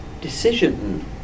decision